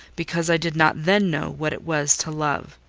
because i did not then know what it was to love.